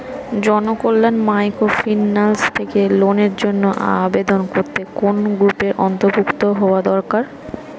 Janakalyan microfinance থেকে লোনের জন্য আবেদন করতে কোন গ্রুপের অন্তর্ভুক্ত হওয়া দরকার?